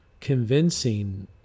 convincing